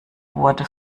wurde